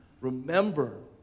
remember